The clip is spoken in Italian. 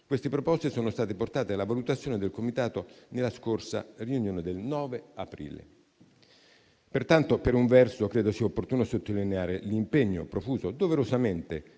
Queste proposte sono state portate alla valutazione del comitato nella scorsa riunione del 9 aprile. Pertanto, per un verso credo sia opportuno sottolineare l'impegno profuso doverosamente